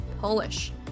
Polish